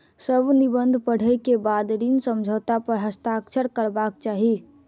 सभ निबंधन पढ़ै के बाद ऋण समझौता पर हस्ताक्षर करबाक चाही